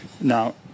Now